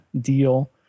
deal